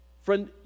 Friend